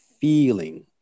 feeling